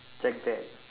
check that